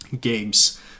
games